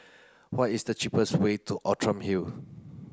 what is the cheapest way to Outram Hill